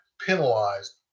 Penalized